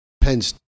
Pence